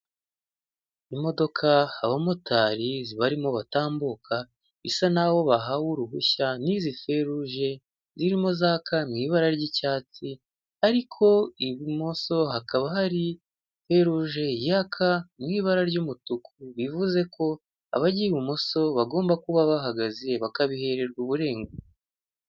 Imodoka, abamotari barimo batambuka bisa naho bahawe uruhushya n'izi feruje zirimo zaka mu ibara ry'icyatsi, ariko ibumoso hakaba hari feruje yaka mu ibara ry'umutuku, bivuze ko abajya ibumoso bagomba kuba bahagaze bakabihererwa uburenganzira.